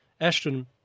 Ashton